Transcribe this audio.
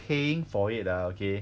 paying for it ah okay